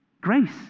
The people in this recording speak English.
Grace